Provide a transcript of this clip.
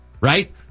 Right